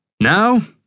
Now